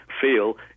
feel